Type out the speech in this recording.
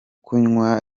kunywa